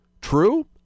true